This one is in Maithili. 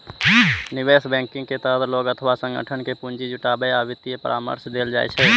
निवेश बैंकिंग के तहत लोग अथवा संगठन कें पूंजी जुटाबै आ वित्तीय परामर्श देल जाइ छै